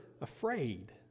afraid